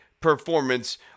performance